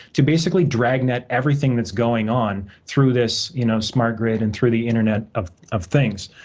to basically dragnet everything that's going on through this you know smart grid and through the internet of of things.